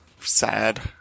sad